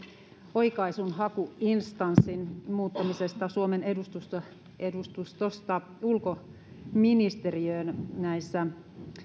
oikaisunhakuinstanssin muuttamisesta suomen edustustosta edustustosta ulkoministeriöksi näissä